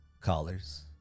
callers